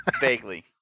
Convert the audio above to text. vaguely